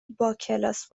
باکلاس